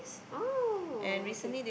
oh okay